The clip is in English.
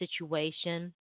situation